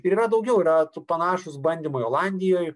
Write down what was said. ir yra daugiau yra panašūs bandymai olandijoj